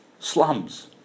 Slums